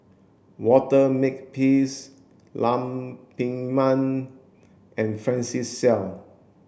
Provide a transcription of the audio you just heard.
Walter Makepeace Lam Pin Min and Francis Seow